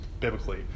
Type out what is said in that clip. biblically